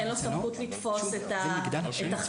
אין לו סמכות לתפוס את החמץ,